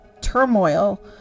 turmoil